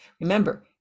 Remember